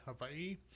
Hawaii